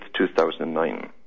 2009